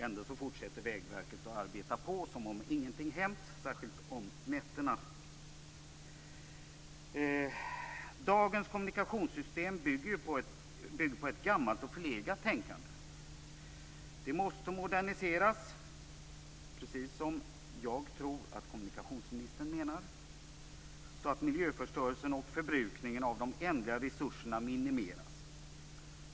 Ändå fortsätter Vägverket att arbeta som om ingenting hänt, särskilt om nätterna. Dagens kommunikationssystem bygger på ett gammalt och förlegat tänkande. Det måste moderniseras, precis som jag tror att kommunikationsministern menar, så att miljöförstörelsen och förbrukningen av de ändliga resurserna minimeras.